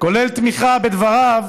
כולל תמיכה בדבריו,